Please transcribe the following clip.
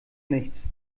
nichts